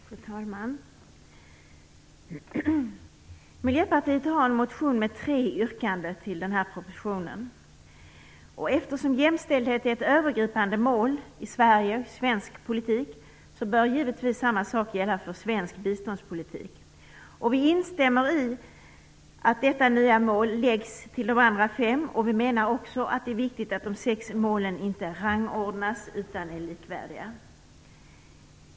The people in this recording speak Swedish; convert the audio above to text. Fru talman! Miljöpartiet har med anledning av den här propositionen väckt en motion med tre yrkanden. Eftersom jämställdhet är ett övergripande mål för svensk politik bör givetvis samma sak gälla för svensk biståndspolitik. Vi instämmer i att detta nya mål bör läggas till de andra fem, och vi menar att det är viktigt att de sex målen inte rangordnas utan är likvärdiga.